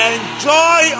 Enjoy